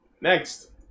Next